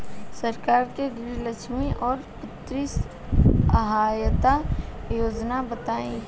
सरकार के गृहलक्ष्मी और पुत्री यहायता योजना बताईं?